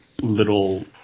little